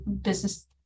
business